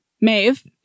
Maeve